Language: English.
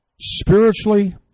spiritually